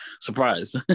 surprise